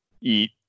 eat